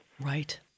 Right